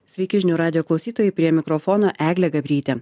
sveiki žinių radijo klausytojai prie mikrofono eglė gabrytė